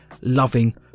loving